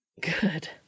Good